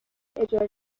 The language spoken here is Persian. اجاره